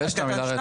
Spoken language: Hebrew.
יש את המילה רצף.